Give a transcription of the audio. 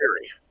theory